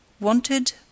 Wanted